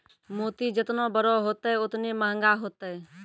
मोती जेतना बड़ो होतै, ओतने मंहगा होतै